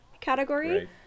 category